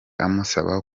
amusaba